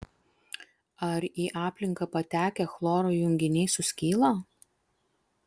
ar į aplinką patekę chloro junginiai suskyla